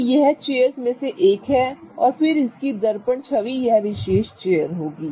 तो यह चेयर्स में से एक है और फिर इसकी दर्पण छवि यह विशेष चेयर होगी